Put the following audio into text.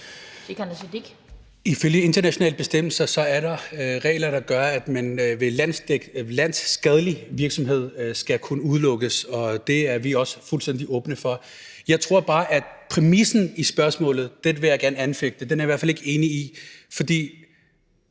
Ifølge internationale bestemmelser er der regler, der gør, at man ved landsskadelig virksomhed skal kunne udelukkes, og det er vi også fuldstændig åbne for. Jeg tror bare, at jeg gerne vil anfægte præmissen i spørgsmålet. Den er jeg i hvert fald ikke enig i. For